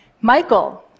Michael